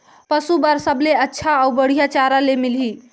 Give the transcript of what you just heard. पशु बार सबले अच्छा अउ बढ़िया चारा ले मिलही?